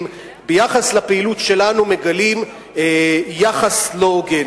מגלים ביחס לפעילות שלנו יחס לא הוגן.